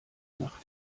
nach